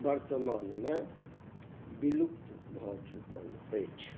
वर्तमानमे विलुप्त भऽ चुकल अछि